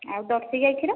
ଆଉ ଜର୍ସି ଗାଈ କ୍ଷୀର